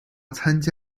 参加